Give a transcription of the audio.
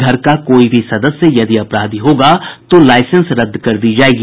घर का कोई भी सदस्य यदि अपराधी होगा तो लाईसेंस रद्द कर दी जायेगी